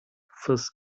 first